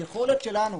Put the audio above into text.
היכולת שלנו